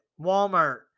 Walmart